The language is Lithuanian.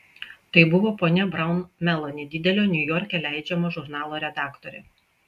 tai buvo ponia braun meloni didelio niujorke leidžiamo žurnalo redaktorė